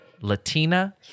Latina